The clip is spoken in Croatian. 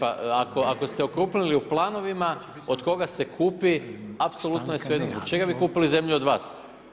Ako ste okrupnili u planovima, od koga se kupi, apsolutno je svejedno, zbog čega bi kupili zemlju od vas?